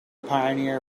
pioneer